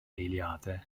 eiliadau